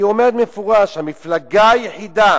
היא אומרת מפורש: המפלגה היחידה